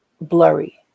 blurry